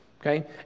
Okay